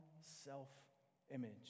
self-image